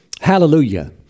Hallelujah